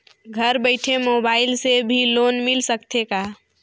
घर बइठे मोबाईल से भी लोन मिल सकथे का?